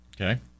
Okay